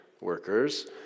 workers